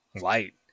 light